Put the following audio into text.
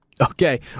Okay